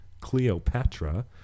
Cleopatra